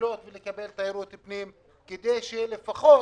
לקלוט ולקבל תיירות פנים, כדי שלפחות